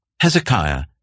Hezekiah